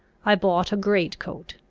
i bought a great coat,